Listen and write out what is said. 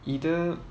either